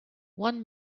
one